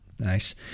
Nice